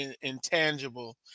intangible